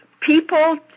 people